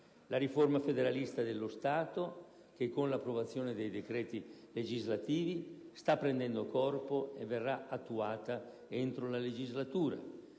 la riforma federalista dello Stato, che con l'approvazione dei decreti legislativi sta prendendo corpo e verrà attuata entro la legislatura.